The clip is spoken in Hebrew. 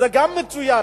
גם זה מצוין,